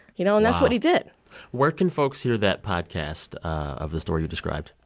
you know, and that's what he did where can folks hear that podcast of the story you described?